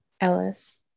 Ellis